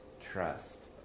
trust